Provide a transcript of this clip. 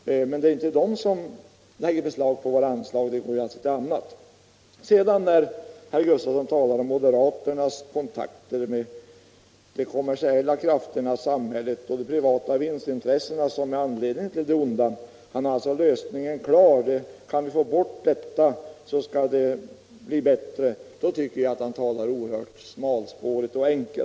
Men det är inte de som lägger beslag på våra anslag. När herr Gustasson i Nässjö sedan talar om sambandet mellan moderaterna och de kommersiella krafterna i sammanhanget och när han därvid säger att det är de privata vinstintressena som är anledningen till det onda, då tycker jag att han talar smalspårigt och enkelt. Herr Gustavsson har alltså lösningen på problemet klar för sig: Om vi kan få bort detta, då blir det bättre.